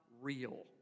real